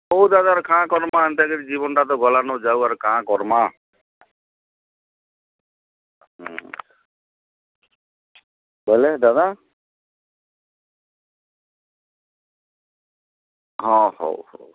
ହେଉ ଦାଦା ଆର୍ କାଣ କରମା ଏନ୍ତାକରି ଜୀବନଟା ତ ଗଲାନୋ ଯାଉ ଆର୍ କାଁ କରମା ହୁଁ ତାହେଲେ ଦାଦା ହଁ ହେଉ ହେଉ